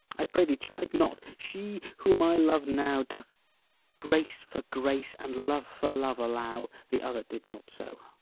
i pray thee chide not she whom i love now doth grace for grace and love for love allow the other did not so.